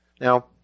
Now